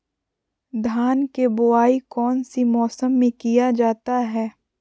धान के बोआई कौन सी मौसम में किया जाता है?